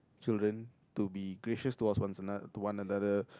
children to be gracious to us to one another